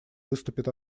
выступит